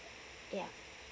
yeah